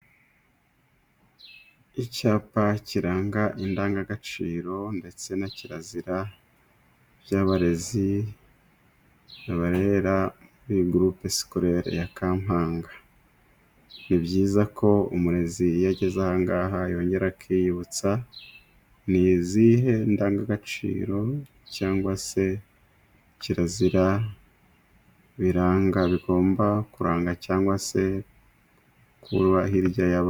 Icyapa kiranga indangagaciro ndetse na kirazira by'abarezi barerera gurupe sikorere ya Kampanga ni byiza ko umurezi yageze aha ngaha yongera akibutsa ,ni izihe ndangagaciro cyangwa se kirazira biranga, bigomba kuranga ,cyangwa se kuba hirya y'aba?